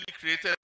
created